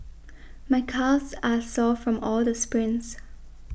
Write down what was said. my calves are sore from all the sprints